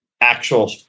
actual